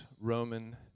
Roman